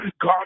God